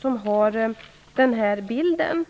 som har den här bilden.